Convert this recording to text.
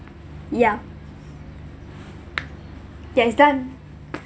yeah ya it's done